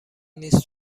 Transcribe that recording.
نیست